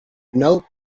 note